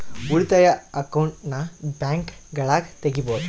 ಉಳಿತಾಯ ಅಕೌಂಟನ್ನ ಬ್ಯಾಂಕ್ಗಳಗ ತೆಗಿಬೊದು